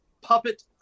puppet